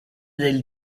del